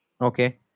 Okay